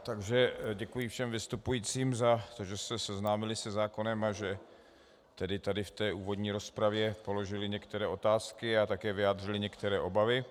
Takže děkuji všem vystupujícím za to, že se seznámili se zákonem a že tady v úvodní rozpravě položili některé otázky a také vyjádřili některé obavy.